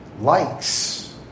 likes